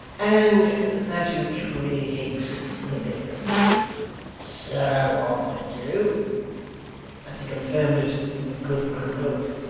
and that you truly hate the papists so i do and he confirmed it with a good round oath.